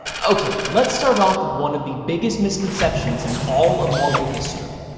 okay, let's start off with one of the biggest misconceptions in all of marvel history.